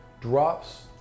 drops